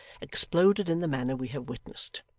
exploded in the manner we have witnessed.